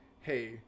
hey